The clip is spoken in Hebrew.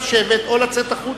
נא לשבת או לצאת החוצה,